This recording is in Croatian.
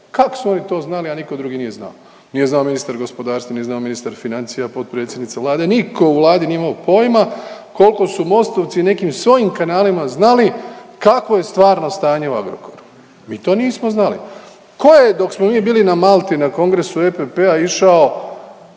Kako su oni to znali, a nitko drugi nije znao. Nije znao ministar gospodarstva, nije znao ministar financija, potpredsjednica Vlade, nitko u Vladi nije imao pojma koliko su mostovci nekim kanalima znali kakvo je stvarno stanje u Agrokoru. Mi to nismo znali. Tko je dok smo mi bili na Malti na kongresu EPP-a išao